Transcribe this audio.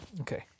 Okay